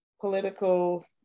political